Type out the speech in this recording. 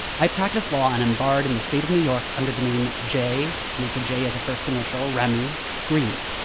i practice law, and i'm barred in the state of new york under the name j and that's a j as a first initial remy green.